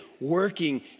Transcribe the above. working